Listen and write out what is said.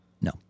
No